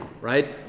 right